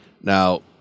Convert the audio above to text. Now